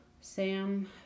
Sam